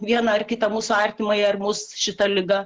vieną ar kitą mūsų artimąjį ar mus šita liga